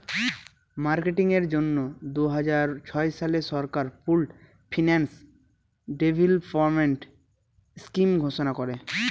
marketing এর জন্য দুই হাজার ছয় সালে সরকার পুল্ড ফিন্যান্স ডেভেলপমেন্ট স্কিম ঘোষণা করে